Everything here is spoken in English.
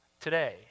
today